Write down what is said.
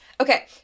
Okay